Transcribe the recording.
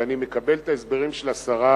ואני מקבל את ההסברים של השרה